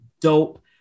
dope